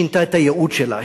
שינתה את הייעוד שלה.